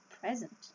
present